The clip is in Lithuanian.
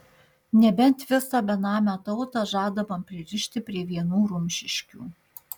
nebent visą benamę tautą žadama pririšti prie vienų rumšiškių